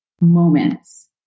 moments